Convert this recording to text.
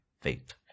faith